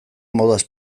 modaz